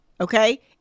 okay